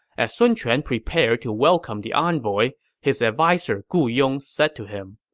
as sun quan prepared to welcome the envoy, his adviser gu yong said to him,